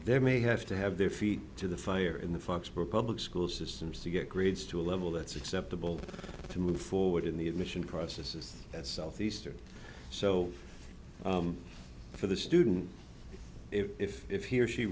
there may have to have their feet to the fire in the foxboro public school systems to get grades to a level that's acceptable to move forward in the admission process is that southeastern so for the student if if he or she